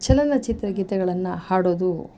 ಚಲನಚಿತ್ರ ಗೀತೆಗಳನ್ನು ಹಾಡೋದು